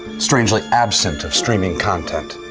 strangely absent of streaming content.